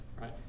right